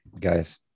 guys